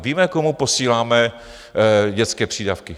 Víme, komu posíláme dětské přídavky.